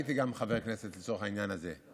הייתי גם חבר כנסת, לצורך העניין הזה.